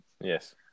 yes